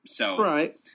Right